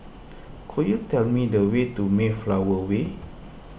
could you tell me the way to Mayflower Way